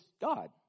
God